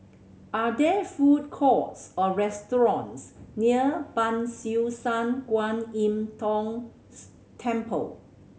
are there food courts or restaurants near Ban Siew San Kuan Im Tng Temple